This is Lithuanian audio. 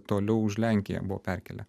toliau už lenkiją buvo perkėlę